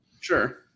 Sure